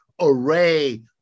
array